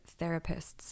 therapists